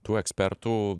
tų ekspertų